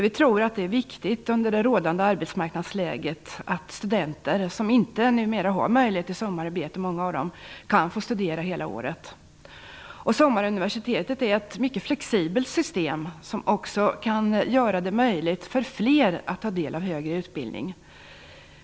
Vi tror att det under det rådande arbetsmarknadsläget är viktigt att studenter, som ofta numera inte har möjlighet till sommararbete, kan få studera under hela året. Sommaruniversitetet är ett mycket flexibelt system, som också kan göra det möjligt för fler att ta del av högre utbildning.